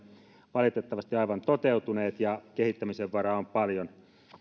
valitettavasti aivan toteutuneet ja kehittämisenvaraa on paljon